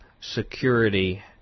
security